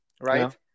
right